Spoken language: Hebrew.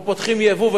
או פותחים ייבוא,